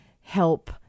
help